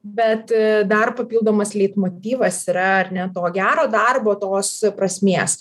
bet dar papildomas leitmotyvas yra ar ne to gero darbo tos prasmės